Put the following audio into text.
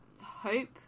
hope